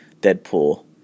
Deadpool